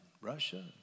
Russia